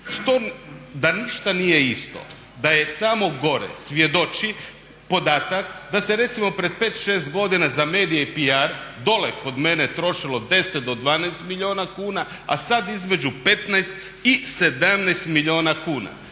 Da ništa nije isto, da je samo gore svjedoči podatak da se recimo pred 5, 6 godina za medije i PR dole kod mene trošilo 10 do 12 milijuna kuna a sada između 15 i 17 milijuna kuna.